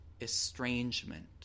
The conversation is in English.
estrangement